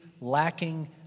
lacking